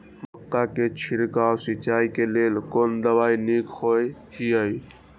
मक्का के छिड़काव सिंचाई के लेल कोन दवाई नीक होय इय?